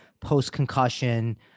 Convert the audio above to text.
post-concussion